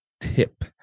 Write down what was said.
tip